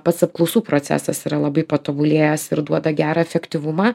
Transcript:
pats apklausų procesas yra labai patobulėjęs ir duoda gerą efektyvumą